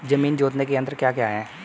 जमीन जोतने के यंत्र क्या क्या हैं?